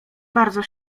bardzo